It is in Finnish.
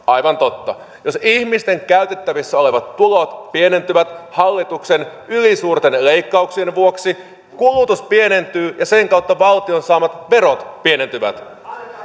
aivan totta jos ihmisten käytettävissä olevat tulot pienentyvät hallituksen ylisuurten leikkauksien vuoksi kulutus pienentyy ja sen kautta valtion saamat verot pienentyvät